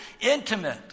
intimate